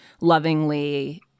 lovingly